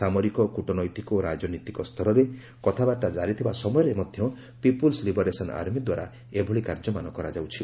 ସାମରିକ କୂଟନୈତିକ ଓ ରାଜନୈତିକ ସ୍ତରରେ କଥାବାର୍ତ୍ତା ଜାରିଥିବା ସମୟରେ ମଧ୍ୟ ପିପୁଲ୍ବ ଲିବରେସନ ଆର୍ମି ଦ୍ୱାରା ଏଭଳି କାର୍ଯ୍ୟମାନ କରାଯାଉଛି